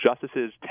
justices